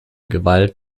gewalt